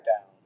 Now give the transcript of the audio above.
down